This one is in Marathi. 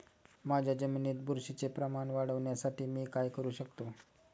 माझ्या जमिनीत बुरशीचे प्रमाण वाढवण्यासाठी मी काय करू शकतो?